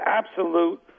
absolute